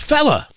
Fella